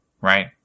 right